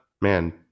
Man